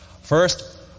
First